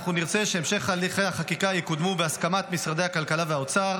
אנחנו נרצה שהמשך הליכי החקיקה יקודמו בהסכמת משרדי הכלכלה והאוצר.